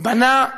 בנה והציב.